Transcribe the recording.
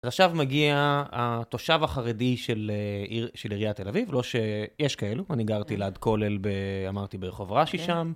עכשיו מגיע התושב החרדי של עיריית תל אביב, לא שיש כאלו, אני גרתי ליד כולל, אמרתי, ברחוב רשי שם.